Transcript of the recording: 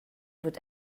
wird